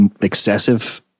excessive